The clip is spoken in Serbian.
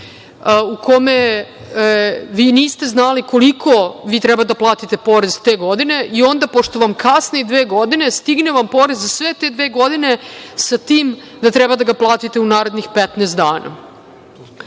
u kome vi niste znali koliko vi treba da platite porez te godine i onda pošto vam kasni dve godine, stigne vam porez za sve te dve godine, sa tim da treba da ga platite u narednih 15 dana. Vi